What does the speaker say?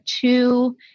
two